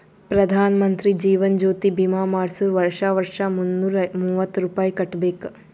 ಪ್ರಧಾನ್ ಮಂತ್ರಿ ಜೀವನ್ ಜ್ಯೋತಿ ಭೀಮಾ ಮಾಡ್ಸುರ್ ವರ್ಷಾ ವರ್ಷಾ ಮುನ್ನೂರ ಮೂವತ್ತ ರುಪಾಯಿ ಕಟ್ಬಬೇಕ್